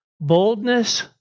Boldness